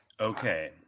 Okay